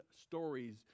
stories